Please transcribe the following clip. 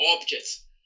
objects